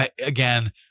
again